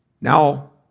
Now